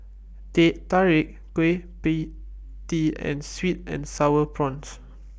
Teh Tarik Kueh PIE Tee and Sweet and Sour Prawns